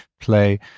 play